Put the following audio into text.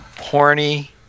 horny